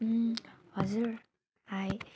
हजुर हाई